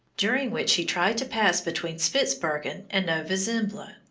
during which he tried to pass between spitzbergen and nova zembla.